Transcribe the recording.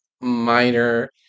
minor